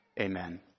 Amen